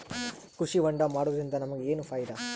ಕೃಷಿ ಹೋಂಡಾ ಮಾಡೋದ್ರಿಂದ ನಮಗ ಏನ್ ಫಾಯಿದಾ?